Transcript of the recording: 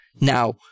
Now